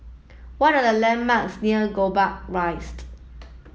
what are the landmarks near Gombak Rised